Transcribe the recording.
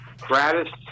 gratis